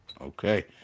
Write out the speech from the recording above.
Okay